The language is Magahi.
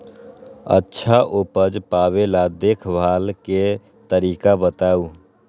अच्छा उपज पावेला देखभाल के तरीका बताऊ?